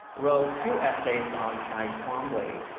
wrote two essays on cy twombly,